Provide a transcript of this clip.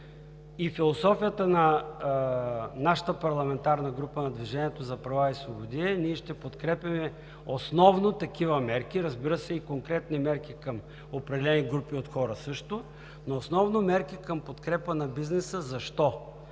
Философията на нашата парламента група, на „Движението за права и свободи“ е: ние ще подкрепяме основно такива мерки. Разбира се, и конкретни мерки към определени групи от хора също, но основно мерки към подкрепа на бизнеса. Защо?